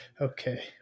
Okay